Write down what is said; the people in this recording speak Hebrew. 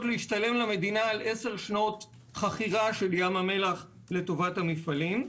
להשתלם למדינה על עשר שנות חכירה של ים המלח לטובת המפעלים.